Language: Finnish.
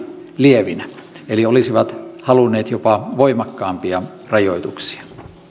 lievinä eli olisivat halunneet jopa voimakkaampia rajoituksia